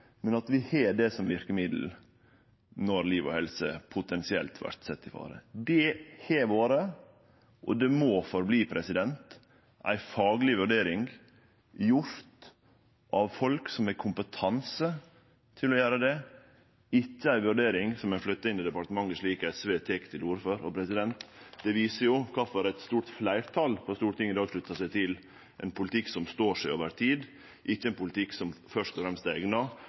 men at vi har det som verkemiddel når liv og helse potensielt vert sett i fare. Det har vore – og må framleis vere – ei fagleg vurdering gjord av folk som har kompetanse til å gjere det, ikkje ei vurdering som er flytta inn i departementet, slik SV tek til orde for. Det viser jo kvifor eit stort fleirtal på Stortinget sluttar seg til ein politikk som står seg over tid, ikkje ein politikk som først og fremst er eigna